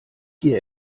hier